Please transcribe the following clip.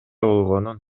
болгонун